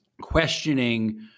questioning